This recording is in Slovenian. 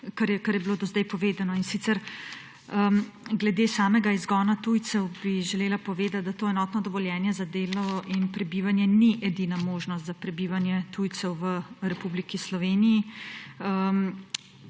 kar je bilo do zdaj povedano. Glede samega izgona tujcev bi želela povedati, da to enotno dovoljenje za delo in prebivanje ni edina možnost za prebivanje tujcev v Republiki Sloveniji.